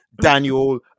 Daniel